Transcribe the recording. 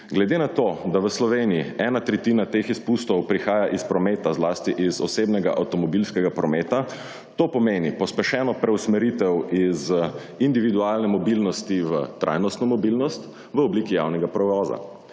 Glede na to, da v Sloveniji ena tretjina teh izpustov prihaja iz prometa, zlasti iz osebnega avtomobilskega prometa, to pomeni pospešeno preusmeritev iz individualne mobilnosti v trajnostno mobilnost v obliki javnega prevoza.